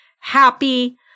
happy